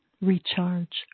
Recharge